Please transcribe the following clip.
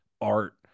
art